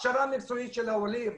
הכשרה מקצועית של העולים,